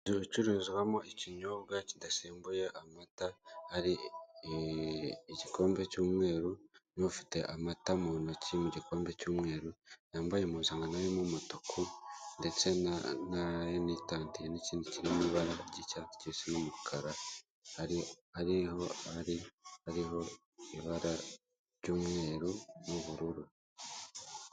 Inzu icururizwamo ikinyobwa kidasembuye amata, hari igikombe cy'umweru n'ufite amata mu ntoki mu gikombe cy'umweru yambaye impuzankano irimo ibara umutuku ndetse anitandiye n'ikindi kiri mu ibara ry'icyatsi kibisi n'umukara hariho ibara ry'umweru n'ubururu.